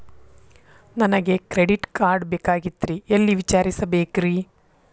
ನನಗೆ credit card ಬೇಕಾಗಿತ್ರಿ ಎಲ್ಲಿ ವಿಚಾರಿಸಬೇಕ್ರಿ?